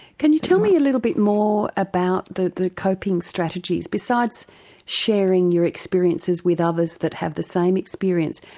can you tell me a little bit more about the the coping strategies, besides sharing your experiences with others, that have the same experience,